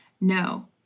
No